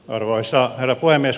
arvoisa herra puhemies